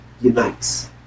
unites